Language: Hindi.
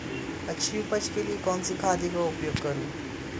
अच्छी उपज के लिए कौनसी खाद का उपयोग करूं?